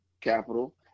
capital